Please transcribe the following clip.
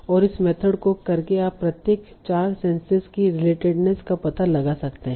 और इस मेथड को करके आप प्रत्येक चार सेंसेस की रिलेटेडनेस का पता लगा सकते हैं